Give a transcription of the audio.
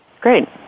Great